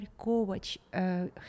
Kovac